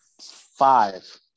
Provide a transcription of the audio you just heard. Five